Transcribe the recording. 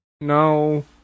No